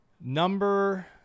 number